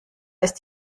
ist